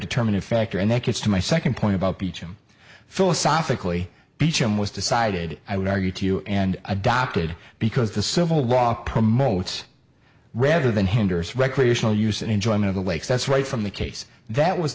determinant factor and that gets to my second point about beecham philosophically beecham was decided i would argue to you and adopted because the civil law promotes rather than hinders recreational use and enjoyment of the lake's that's right from the case that was